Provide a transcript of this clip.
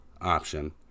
option